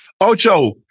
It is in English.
Ocho